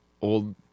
old